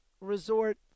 Resort